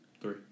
three